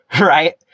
right